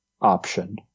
option